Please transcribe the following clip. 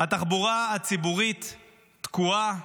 התחבורה הציבורית תקועה,